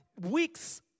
weeks